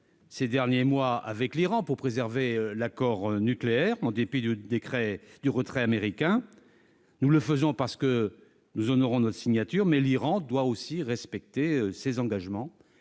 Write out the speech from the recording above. considérables avec l'Iran pour préserver l'accord nucléaire, en dépit du retrait américain. Nous l'avons fait, parce que nous honorons notre signature ; mais l'Iran doit aussi respecter ses engagements,